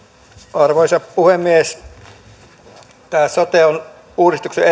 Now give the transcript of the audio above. arvoisa puhemies tämä sote on uudistuksen